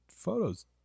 photos